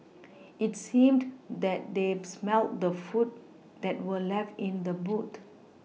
it seemed that they smelt the food that were left in the boot